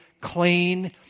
clean